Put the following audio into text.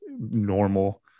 normal